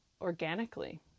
organically